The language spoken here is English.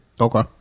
Okay